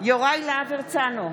יוראי להב הרצנו,